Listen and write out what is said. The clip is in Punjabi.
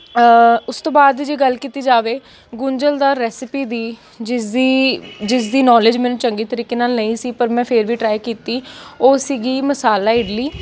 ਉਸ ਤੋਂ ਬਾਅਦ ਜੇ ਗੱਲ ਕੀਤੀ ਜਾਵੇ ਗੁੰਝਲਦਾਰ ਰੈਸਿਪੀ ਦੀ ਜਿਸਦੀ ਜਿਸਦੀ ਨੌਲੇਜ ਮੈਨੂੰ ਚੰਗੇ ਤਰੀਕੇ ਨਾਲ਼ ਨਹੀਂ ਸੀ ਪਰ ਮੈਂ ਫਿਰ ਵੀ ਟ੍ਰਾਈ ਕੀਤੀ ਉਹ ਸੀਗੀ ਮਸਾਲਾ ਇਡਲੀ